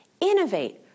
Innovate